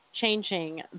changing